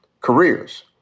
careers